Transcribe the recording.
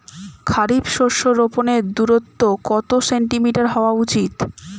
খারিফ শস্য রোপনের দূরত্ব কত সেন্টিমিটার হওয়া উচিৎ?